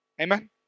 Amen